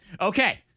Okay